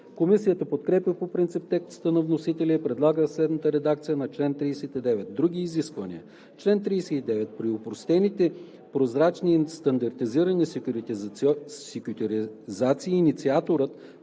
Комисията подкрепя по принцип текста на вносителя и предлага следната редакция на чл. 39: „Други изисквания Чл. 39. При опростените, прозрачни и стандартизирани секюритизации инициаторът,